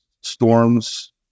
storms